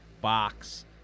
box